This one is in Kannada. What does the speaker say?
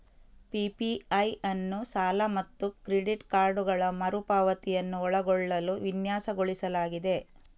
ಪಿ.ಪಿ.ಐ ಅನ್ನು ಸಾಲ ಮತ್ತು ಕ್ರೆಡಿಟ್ ಕಾರ್ಡುಗಳ ಮರು ಪಾವತಿಯನ್ನು ಒಳಗೊಳ್ಳಲು ವಿನ್ಯಾಸಗೊಳಿಸಲಾಗಿದೆ